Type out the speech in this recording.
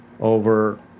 over